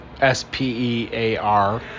S-P-E-A-R